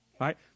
right